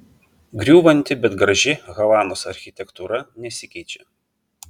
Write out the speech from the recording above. griūvanti bet graži havanos architektūra nesikeičia